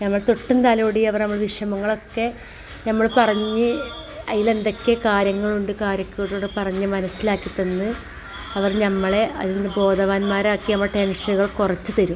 നമ്മൾ തൊട്ടും തലോടിയും അവർ നമ്മൾ വിഷമങ്ങളൊക്കെ നമ്മൾ പറഞ്ഞ് അതിൽ എന്തൊക്കെ കാര്യങ്ങളുണ്ട് കാര്യക്കേടുകൂടെ പറഞ്ഞ് മനസ്സിലാക്കിത്തന്ന് അവർ നമ്മളെ അതിൽ നിന്ന് ബോധവാന്മാരാക്കി നമ്മളെ ടെൻഷനുകൾ കുറച്ച് തരും